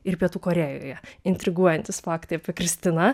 ir pietų korėjoje intriguojantys faktai apie kristiną